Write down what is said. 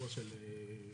לשמור על התנאים.